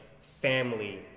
family